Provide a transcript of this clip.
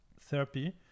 therapy